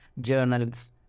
journals